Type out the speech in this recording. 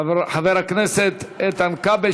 חבר הכנסת איתן כבל,